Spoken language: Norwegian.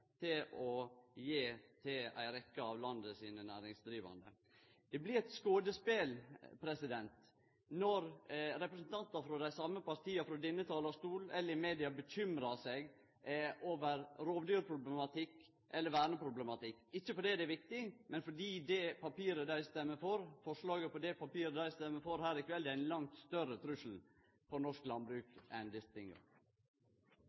julegåve å gi til mange av landet sine næringsdrivande. Det blir eit skodespel når representantar frå dei same partia, frå denne talarstolen eller i media, bekymrar seg over rovdyrproblematikken eller verneproblematikken, ikkje fordi det ikkje er viktig, men fordi forslaget dei stemmer for her i kveld, er ein langt større trussel for norsk